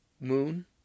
Moon